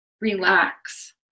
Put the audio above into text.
relax